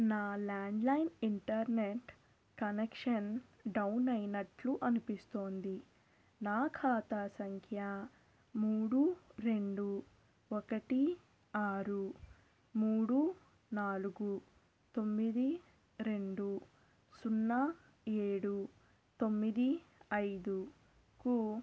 నా landline internet connection down అయినట్లు అనిపిస్తోంది నా ఖాతా సంఖ్య మూడు రెండు ఒకటి ఆరు మూడు నాలుగు తొమ్మిది రెండు సున్నా ఏడు తొమ్మిది ఐదుకు